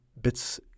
bits